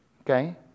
Okay